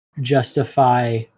justify